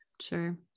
Sure